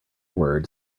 word